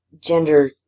gender